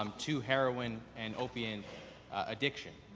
um to heroin and opiate addiction.